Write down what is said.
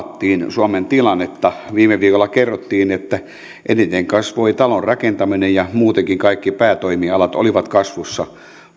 suomen tilannetta viime viikolla kerrottiin että eniten kasvoi talonrakentaminen ja muutenkin kaikki päätoimialat olivat kasvussa